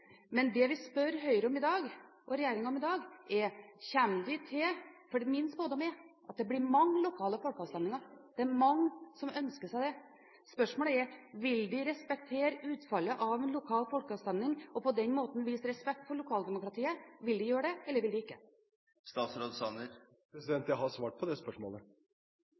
er at det blir mange lokale folkeavstemninger, det er mange som ønsker seg det, og det vi spør Høyre og regjeringen om i dag, er: Vil de respektere utfallet av en lokal folkeavstemning og på den måten vise respekt for lokaldemokratiet? Vil de gjøre det, eller vil de ikke? Jeg har svart på det spørsmålet.